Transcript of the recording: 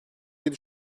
yedi